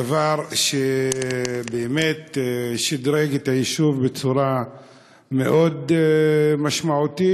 דבר שבאמת שדרג את היישוב בצורה מאוד משמעותית,